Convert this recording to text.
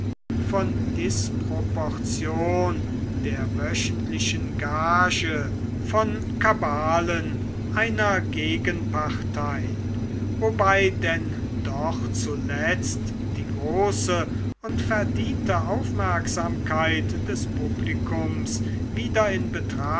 von disproportion der wöchentlichen gage von kabalen einer gegenpartei wobei denn doch zuletzt die große und verdiente aufmerksamkeit des publikums wieder in betracht